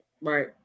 right